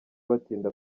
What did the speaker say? batinda